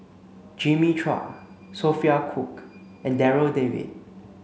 Jimmy Chua Sophia Cooke and Darryl David